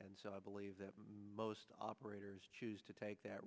and so i believe that most operators choose to take that